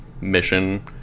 mission